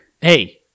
hey